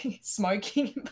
smoking